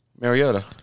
Mariota